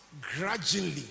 gradually